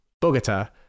Bogota